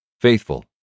Faithful